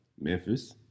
Memphis